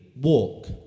walk